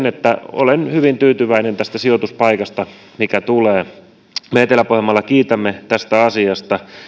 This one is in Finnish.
että olen hyvin tyytyväinen tästä sijoituspaikasta mikä tulee me etelä pohjanmaalla kiitämme tästä asiasta